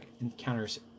encounters